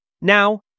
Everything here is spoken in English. Now